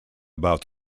about